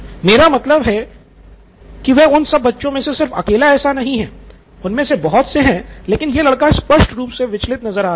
मेरा मतलब है कि वह उन सब बच्चों में से सिर्फ अकेला ऐसा नहीं है उनमें से बहुत से हैं लेकिन यह लड़का स्पष्ट रूप से विचलित नज़र आ रहा है